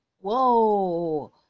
whoa